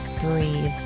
breathe